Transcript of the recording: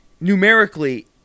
numerically